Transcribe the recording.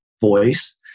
voice